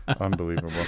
Unbelievable